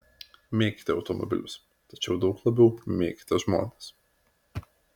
mėkite automobilius tačiau daug labiau mėkite žmones